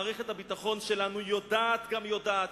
מערכת הביטחון שלנו יודעת גם יודעת,